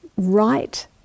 right